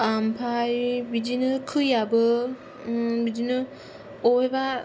ओमफाय बिदिनो खैयाबो बिदिनो अबेबा